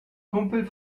kumpel